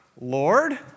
Lord